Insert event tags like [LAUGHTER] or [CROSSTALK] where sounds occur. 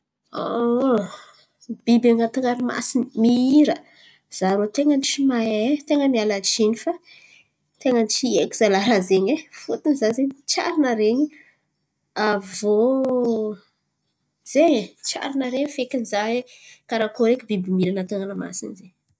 [HESITATION] Biby an̈aty ranomasin̈y mihira, za rô tain̈a ny tsy mahay tain̈a mialatsin̈y fa tain̈a tsy haiko zala raha zen̈y e. Fotiny za zen̈y tsary naharen̈y aviô zen̈y e tsary naharen̈y fekiny za e. Karakory eky biby mihira an̈aty ranomasin̈y zen̈y.